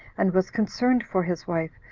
and was concerned for his wife,